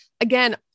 again